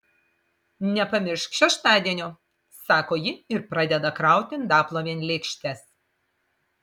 nepamiršk šeštadienio sako ji ir pradeda krauti indaplovėn lėkštes